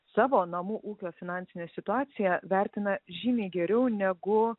savo namų ūkio finansinę situaciją vertina žymiai geriau negu